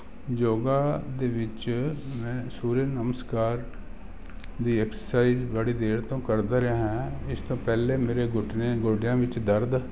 ਯੋਗਾ ਦੇ ਵਿੱਚ ਮੈਂ ਸੂਰਜ ਨਮਸਕਾਰ ਦੀ ਐਕਸਰਸਾਈਜ਼ ਬੜੀ ਦੇਰ ਤੋਂ ਕਰਦਾ ਰਿਹਾ ਹੈ ਇਸ ਤੋਂ ਪਹਿਲਾਂ ਮੇਰੇ ਗੁਟਨੇ ਗੋਡਿਆਂ ਵਿੱਚ ਦਰਦ